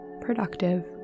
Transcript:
productive